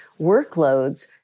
workloads